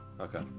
Okay